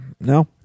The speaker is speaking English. No